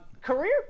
career